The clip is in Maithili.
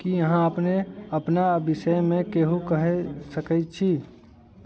की अहाँ अपने अपना विषयमे केहू कहय सकैत छी